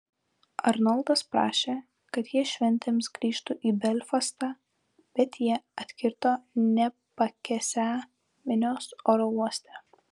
arnoldas prašė kad jie šventėms grįžtų į belfastą bet jie atkirto nepakęsią minios oro uoste